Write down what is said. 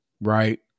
right